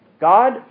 God